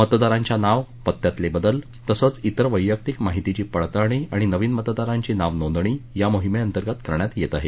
मतदारांच्या नाव पत्यातले बदल तसंच तेर वैयक्तिक माहितीची पडताळणी आणि नवीन मतदारांची नाव नोंदणी या मोहिमेअंतर्गत करण्यात येत आहे